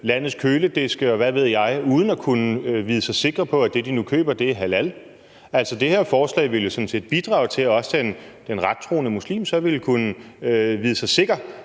landets kølediske, og hvor ved jeg, uden at kunne vide sig sikre på, at det, de nu køber, er halal? Altså, det her forslag ville jo sådan set bidrage til, at også den rettroende muslim så ville kunne vide sig sikker